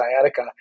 sciatica